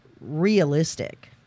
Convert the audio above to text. realistic